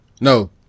No